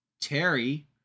Terry